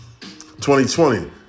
2020